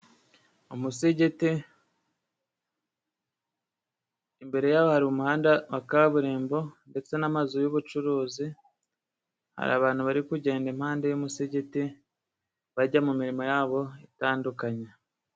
Umusigiti ,imbere yawo hari umuhanda wa kaburimbo ndetse n'amazu y'ubucuruzi ,hari abantu bari kugenda impande y'umusigiti bajya mu mirimo yabo itandukanye.